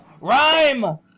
Rhyme